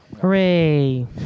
Hooray